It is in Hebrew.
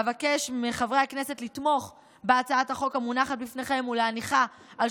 אבקש מחברי הכנסת לתמוך בהצעת החוק המונחת בפניכם ולהניחה על